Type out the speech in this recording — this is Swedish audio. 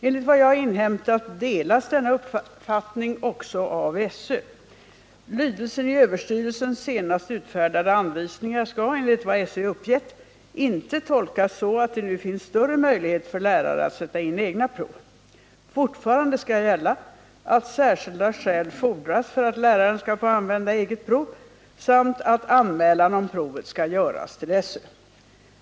Enligt vad jag inhämtat delas denna uppfattning också av SÖ. Lydelsen i överstyrelsens senast utfärdade anvisningar skall, enligt vad SÖ uppgett, inte tolkas så att det nu finns större möjlighet för lärare att sätta in egna prov. Fortfarande skall gälla att särskilda skäl fordras för att läraren skall få använda eget prov samt att anmälan om provet skall göras till SÖ.